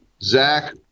Zach